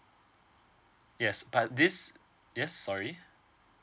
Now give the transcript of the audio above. yes but this yes sorry